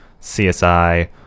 CSI